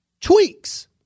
tweaks